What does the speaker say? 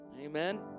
Amen